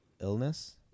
illness